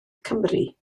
cymru